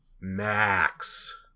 Max